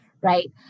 right